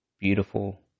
beautiful